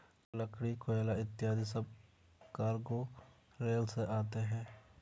लकड़ी, कोयला इत्यादि सब कार्गो रेल से आते हैं